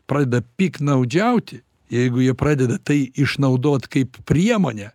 pradeda piktnaudžiauti jeigu jie pradeda tai išnaudot kaip priemonę